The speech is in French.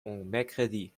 mercredi